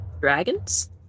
Dragons